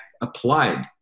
applied